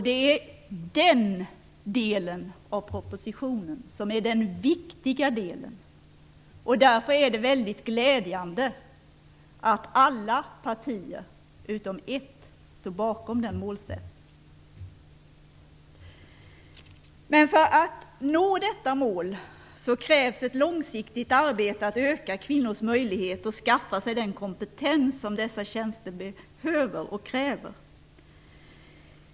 Det är den delen av propositionen som är den viktiga delen. Därför är det väldigt glädjande att alla partier utom ett står bakom den målsättningen. För att nå detta mål krävs ett långsiktigt arbete med att öka kvinnors möjlighet att skaffa sig den kompetens som dessa tjänster kräver.